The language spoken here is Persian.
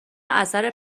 اثر